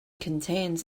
contains